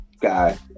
guy